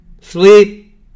Sleep